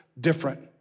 different